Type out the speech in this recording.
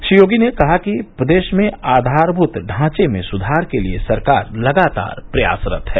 श्री योगी ने कहा कि प्रदेश में आधारभूत ढाचे में सुधार के लिए सरकार लगातार प्रयासरत है